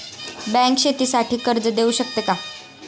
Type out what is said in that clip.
Bank शेतीसाठी कर्ज देऊ शकते का?